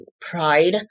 pride